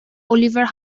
oliver